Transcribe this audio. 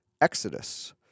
Exodus